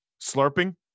slurping